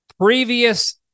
Previous